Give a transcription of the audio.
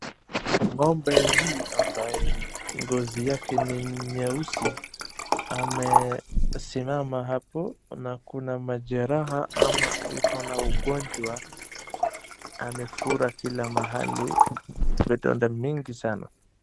Ng'ombe hii ambaye ngozi yake ni nyeusi amesimama hapo na kuna majeraha ama ikona ugonjwa. Amefura kila mahali vidonda mingi sana.